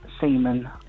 semen